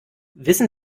wissen